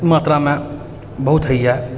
मात्रामे बहुत होइए